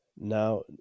Now